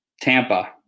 Tampa